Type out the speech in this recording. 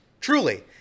truly